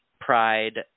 pride